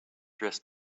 dress